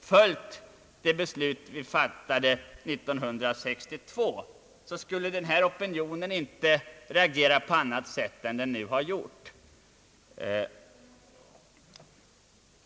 följt det beslut vi fattade 1962, skulle denna opinion inte reagera på annat sätt än den nu har gjort.